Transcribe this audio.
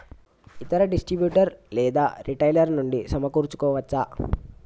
ఇతర డిస్ట్రిబ్యూటర్ లేదా రిటైలర్ నుండి సమకూర్చుకోవచ్చా?